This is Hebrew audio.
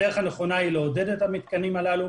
הדרך הנכונה היא לעודד את המתקנים הללו,